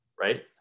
right